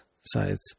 sites